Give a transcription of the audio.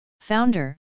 founder